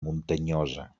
muntanyosa